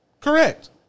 Correct